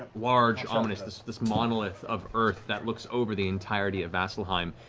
large, ominous, this this monolith of earth that looks over the entirety of vasselheim.